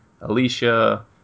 Alicia